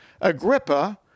Agrippa